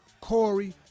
Corey